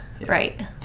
Right